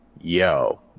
yo